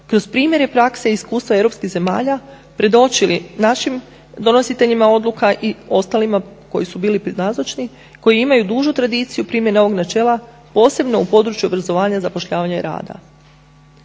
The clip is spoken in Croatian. kroz primjere prakse i iskustva europskih zemalja predočili našim donositeljima odluka i ostalima koji su bili nazočni, koji imaju dužu tradiciju primjene ovog načela posebno u području obrazovanja, zapošljavanja i rada.